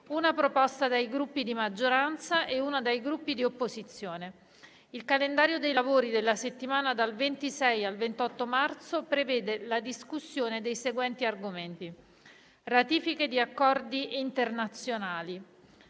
una proposta dai Gruppi di maggioranza e una dai Gruppi di opposizione. Il calendario dei lavori della settimana dal 26 al 28 marzo prevede la discussione dei seguenti argomenti: ratifiche di accordi internazionali;